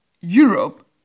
Europe